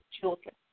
children